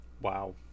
wow